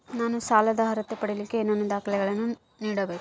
ನಾನು ಸಾಲದ ಅರ್ಹತೆ ಪಡಿಲಿಕ್ಕೆ ಏನೇನು ದಾಖಲೆಗಳನ್ನ ನೇಡಬೇಕು?